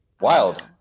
Wild